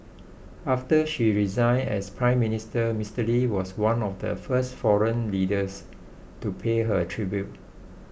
after she resigned as Prime Minister Mister Lee was one of the first foreign leaders to pay her tribute